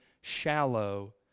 shallow